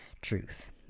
truth